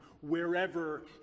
wherever